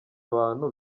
bantu